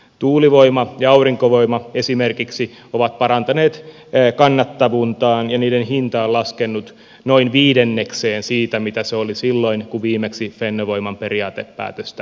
tuulivoima ja aurinkovoima esimerkiksi ovat parantaneet kannattavuuttaan ja niiden hinta on laskenut noin viidennekseen siitä mitä se oli silloin kun viimeksi fennovoiman periaatepäätöstä käsiteltiin